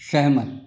सहमत